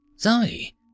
Zoe